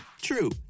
true